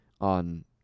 on